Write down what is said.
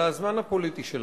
אלא הזמן הפוליטי שלנו.